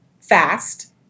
fast